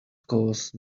cause